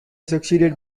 succeeded